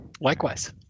Likewise